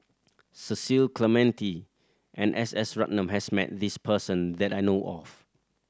Cecil Clementi and S S Ratnam has met this person that I know of